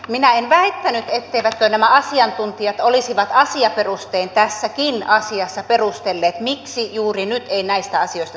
minä en väittänyt etteivätkö nämä asiantuntijat olisi asiaperustein tässäkin asiassa perustelleet miksi juuri nyt ei näistä asioista saisi leikata